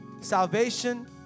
salvation